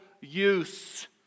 use